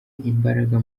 imbaraga